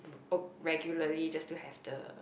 ok~ regularly just to have the